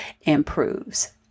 improves